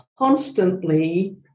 Constantly